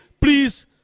please